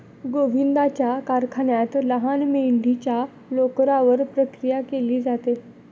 गोविंदाच्या कारखान्यात लहान मेंढीच्या लोकरावर प्रक्रिया केली जाते